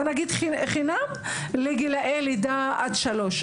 בוא נגיד חינם לגילאי לידה עד שלוש.